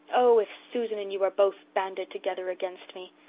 oh, if susan and you are both banded together against me!